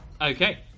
Okay